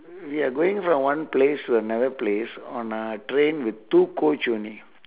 ya going from one place to another place on a train with two cold chutney